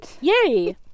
Yay